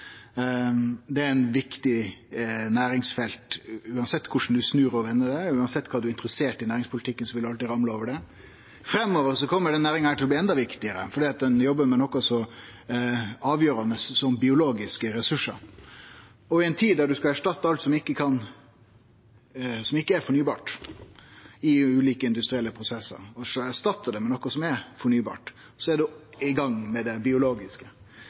Det er eit viktig næringsfelt uansett korleis ein snur og vender på det. Uansett kva ein er interessert i i næringspolitikken, vil ein alltid ramle over det. Framover kjem denne næringa til å bli enda viktigare, for den jobbar med noko så avgjerande som biologiske ressursar. Og i ei tid da ein skal erstatte alt som ikkje er fornybart i ulike industrielle prosessar, med noko som er fornybart, så er ein i gang med det biologiske.